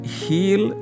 heal